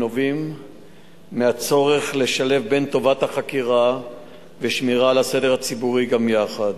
שנובעים מהצורך לשלב בין טובת החקירה ושמירה על הסדר הציבורי גם יחד.